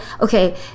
okay